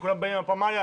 כולם באים עם הפמליה,